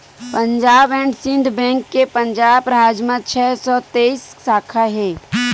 Punjab and Sind bank के पंजाब राज म छै सौ तेइस साखा हे